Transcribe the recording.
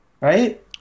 Right